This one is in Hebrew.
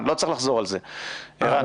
ערן.